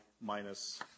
minus